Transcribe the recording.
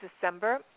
December